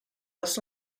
das